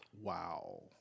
Wow